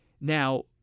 Now